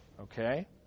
Okay